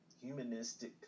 humanistic